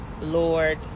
Lord